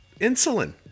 insulin